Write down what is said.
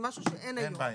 זה משהו שאין היום.